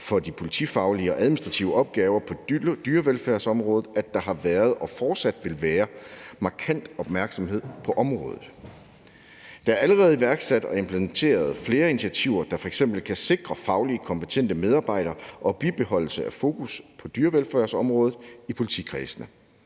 for de politifaglige og administrative opgaver på dyrevelfærdsområdet, at der har været og fortsat vil være markant opmærksomhed på området. Der er allerede iværksat og implementeret flere initiativer, der f.eks. kan sikre fagligt kompetente medarbejdere og bibeholdelse af fokus på dyrevelfærdsområdet i politikredsene.